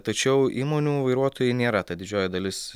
tačiau įmonių vairuotojai nėra ta didžioji dalis